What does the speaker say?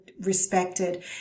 respected